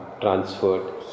transferred